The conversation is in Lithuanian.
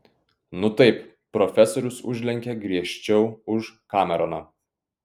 nu taip profesorius užlenkė griežčiau už kameroną